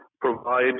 provide